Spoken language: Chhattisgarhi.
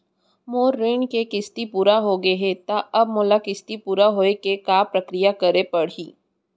मोर ऋण के किस्ती पूरा होगे हे ता अब मोला किस्ती पूरा होए के का प्रक्रिया करे पड़ही?